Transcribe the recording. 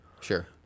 Sure